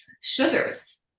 sugars